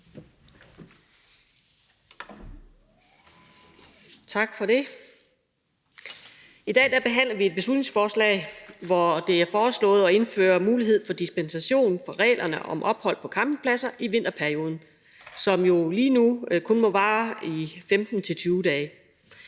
I dag behandler vi et beslutningsforslag, hvor det er foreslået at indføre mulighed for dispensation fra reglerne om ophold på campingpladser i vinterperioden, som jo lige nu kun må vare i 15-20 dage.